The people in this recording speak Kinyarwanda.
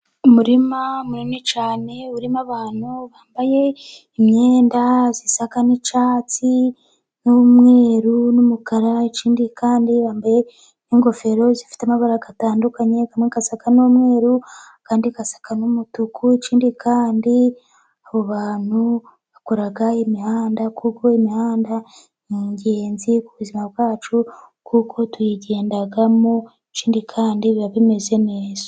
Umurima munini cyane urimo abantu bambaye imyenda isa n'icyatsi, n'umweru ,n'umukara ikindi kandi bambaye n'ingofero zifite amabara atandukanye, amwe asa n'umweru andi asa n'umutuku, ikindi kandi abo bantu bakora imihanda kuko imihanda ni ingenzi ku buzima bwacu, kuko tuyigendamo, ikindi kandi biba bimeze neza.